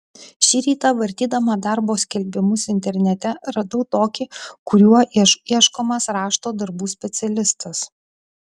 šį rytą vartydama darbo skelbimus internete radau tokį kuriuo ieškomas rašto darbų specialistas